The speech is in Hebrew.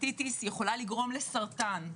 אפטיטיס יכולה לגרום לסרטן,